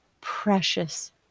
precious